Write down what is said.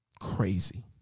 crazy